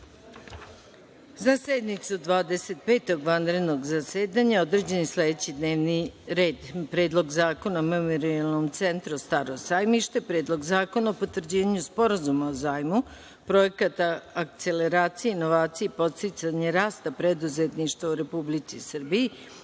Dvadeset petog vanrednog zasedanja određen je sledećiD n e v n i r e d:1. Predlog zakona o Memorijalnom centru „Staro sajmište“,2. Predlog zakona o potvrđivanju Sporazuma o zajmu (Projekat akceleracije inovacija i podsticanja rasta preduzetništva u Republici Srbiji)